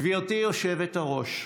גברתי היושבת-ראש,